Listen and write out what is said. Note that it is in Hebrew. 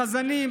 חזנים,